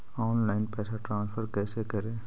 Online पैसा transfer कैसे करे?